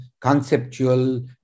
conceptual